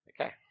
Okay